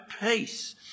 peace